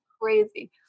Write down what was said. Crazy